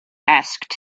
asked